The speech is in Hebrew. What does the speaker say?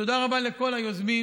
תודה רבה לכל היוזמים,